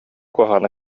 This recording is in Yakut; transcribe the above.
куһаҕана